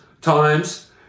times